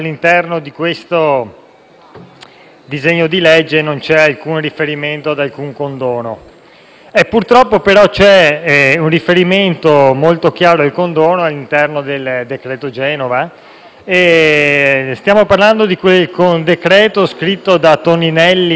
disegno di legge non c'è alcun riferimento ad alcun condono. Purtroppo, però, c'è un riferimento molto chiaro al condono all'interno del decreto-legge su Genova, un provvedimento scritto dal ministro Toninelli in due mesi.